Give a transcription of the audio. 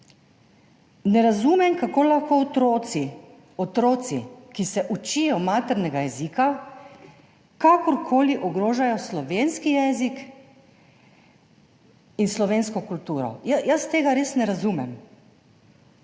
Ne razumem, kako lahko otroci, ki se učijo maternega jezika, kakorkoli ogrožajo slovenski jezik in slovensko kulturo. Jaz tega res ne razumem.